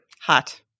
hot